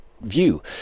view